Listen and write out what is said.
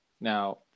Now